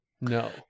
No